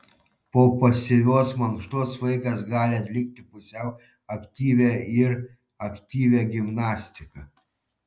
po pasyvios mankštos vaikas gali atlikti pusiau aktyvią ir aktyvią gimnastiką